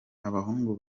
abahungu